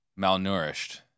malnourished